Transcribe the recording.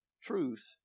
truth